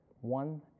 one